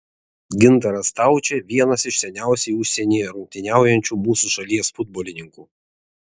gintaras staučė vienas iš seniausiai užsienyje rungtyniaujančių mūsų šalies futbolininkų